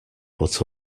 but